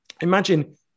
Imagine